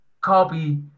copy